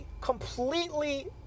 completely